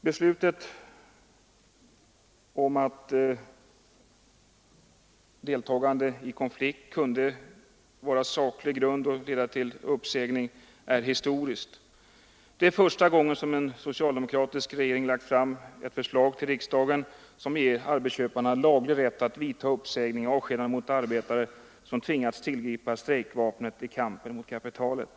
Beslutet om att deltagande i konflikt kan vara saklig grund för uppsägning är historiskt. Det är första gången som en socialdemokratisk regering lagt fram ett förslag till riksdagen som ger arbetsköparna laglig rätt till uppsägning och avskedande av arbetare som tvingats tillgripa strejkvapnet i kampen mot kapitalet.